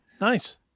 Nice